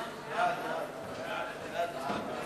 העיריות (דין חברי המועצה ועובדי העירייה),